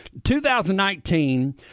2019